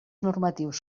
normatius